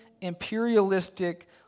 imperialistic